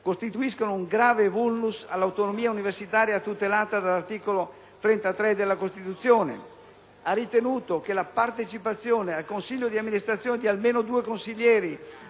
costituiscano un grave *vulnus* all'autonomia universitaria tutelata dall'articolo 33 della Costituzione. Ha ritenuto che la partecipazione al consiglio di amministrazione di almeno 2 consiglieri